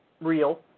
real